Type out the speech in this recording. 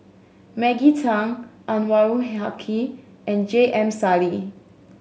Maggie Teng Anwarul Haque and J M Sali